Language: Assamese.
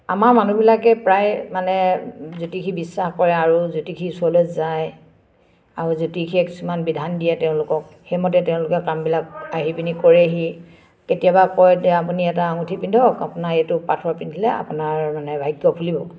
আমাৰ মানুহবিলাকে প্ৰায় মানে জ্যোতিষী বিশ্বাস কৰে আৰু জ্যোতিষীৰ ওচৰলে যায় আৰু জ্যোতিষীয়ে কিছুমান বিধান দিয়ে তেওঁলোকক সেইমতে তেওঁলোকে কামবিলাক আহি পিনি কৰেহি কেতিয়াবা কয় তে আপুনি এটা আঙঠি পিন্ধক আপোনাৰ এইটো পাথৰ পিন্ধিলে আপোনাৰ মানে ভাগ্য ফুলিব